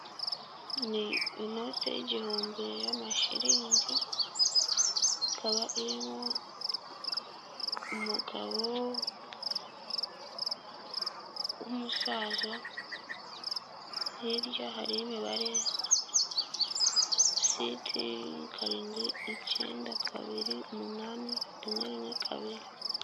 Ni inote y' igihumbi y'amashiringi, ikaba irimo umugabo w'umusaza, hirya hari imibare siti, karindwi, icyenda, kabiri, umunani, rimwe, rimwe, kabiri.